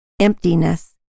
emptiness